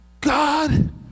God